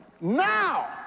Now